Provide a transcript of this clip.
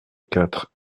quatre